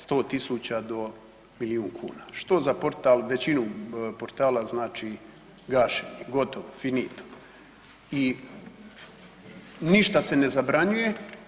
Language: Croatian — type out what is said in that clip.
100 tisuća do milijun kuna što za portal većinu portala znači gašenje, gotovo, finito i ništa se ne zabranjuje.